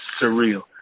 surreal